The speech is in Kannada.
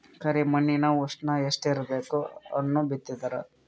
ಕರಿ ಮಣ್ಣಿನ ಉಷ್ಣ ಎಷ್ಟ ಇರಬೇಕು ಹಣ್ಣು ಬಿತ್ತಿದರ?